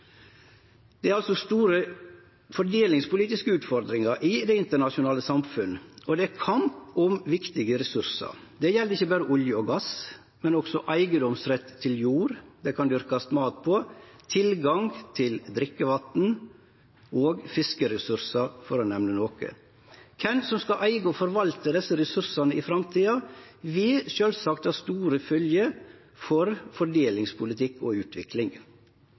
Det er store fordelingspolitiske utfordringar i det internasjonale samfunnet, og det er kamp om viktige ressursar. Det gjeld ikkje berre olje og gass, men også eigedomsretten til jord det kan dyrkast mat på, tilgang til drikkevatn og fiskeressursar – for å nemne noko. Kven som skal eige og forvalte desse ressursane i framtida, vil sjølvsagt ha store følgjer for fordelingspolitikk og utvikling.